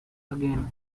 again